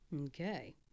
Okay